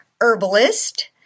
herbalist